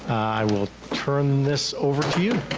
i will turn this over